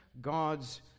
God's